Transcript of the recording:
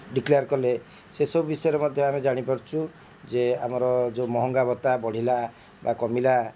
declare କଲେ ସେସବୁ ବିଷୟରେ ମଧ୍ୟ ଆମେ ଜାଣିପାରୁଛୁ ଯେ ଆମର ଯେଉଁ ମହଙ୍ଗା ଭତ୍ତା ବଢ଼ିଲା ବା କମିଲା